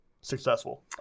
successful